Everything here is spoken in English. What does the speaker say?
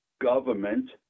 government